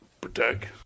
protect